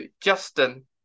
Justin